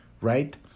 right